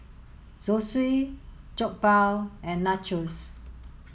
Zosui Jokbal and Nachos